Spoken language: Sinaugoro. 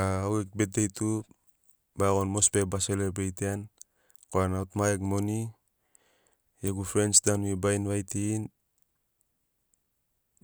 A au gegu betdei tub a iagoni mosbi ai ba selebreitiani korana au tu ma gegu moni gegu frens danuri ba invaitirini